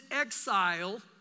exile